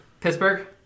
Pittsburgh